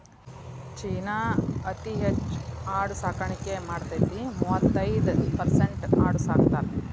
ಚೇನಾ ಅತೇ ಹೆಚ್ ಆಡು ಸಾಕಾಣಿಕೆ ಮಾಡತತಿ, ಮೂವತ್ತೈರ ಪರಸೆಂಟ್ ಆಡು ಸಾಕತಾರ